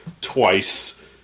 twice